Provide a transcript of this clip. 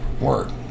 work